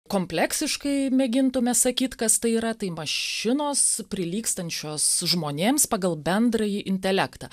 kompleksiškai mėgintume sakyt kas tai yra tai mašinos prilygstančios žmonėms pagal bendrąjį intelektą